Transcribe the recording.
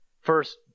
First